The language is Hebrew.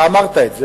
אתה אמרת את זה,